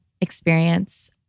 experience